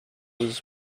was